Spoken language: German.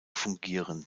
fungieren